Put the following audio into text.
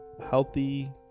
healthy